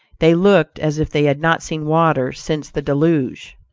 they looked as if they had not seen water since the deluge.